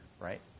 right